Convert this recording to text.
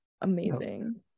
Amazing